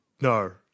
No